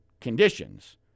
conditions